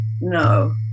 No